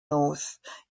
north